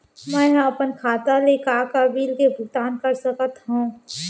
मैं ह अपन खाता ले का का बिल के भुगतान कर सकत हो